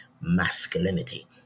masculinity